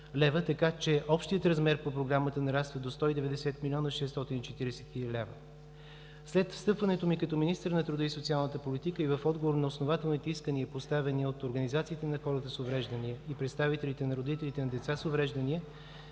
така че общият размер по Програмата нараства до 190 млн. 640 хил. лв. След встъпването ми като министър на труда и социалната политика и в отговор на основателните искания, поставени от организациите на хората с увреждания и представителите на родителите на деца с увреждания,